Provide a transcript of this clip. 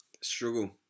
Struggle